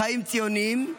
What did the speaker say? חיים ציוניים,